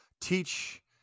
teach